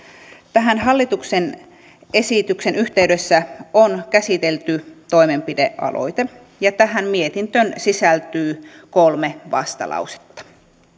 tässä hallituksen esityksen yhteydessä on käsitelty toimenpidealoite ja tähän mietintöön sisältyy kolme vastalausetta